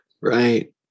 right